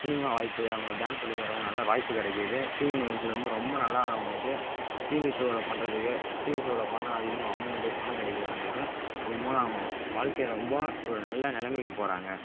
cinema வாய்ப்பு அவங்க dance சொல்லி தரவங்க நல்லா வாய்ப்பு கிடைக்குது டிவி நிகழ்ச்சியில் வந்து ரொம்ப நல்லா ஆடுறவங்களுக்கு டிவி ஷோவில் பண்ணுறதுக்கு டிவி ஷோவில் பண்ணிணா அதிகமாக அமௌண்ட்டு பணம் கிடைக்குது அவங்களுக்கு இதன் மூலம் அவங்க வாழ்க்கை ரொம்ப ஒரு நல்ல நிலமைக்கி போகிறாங்க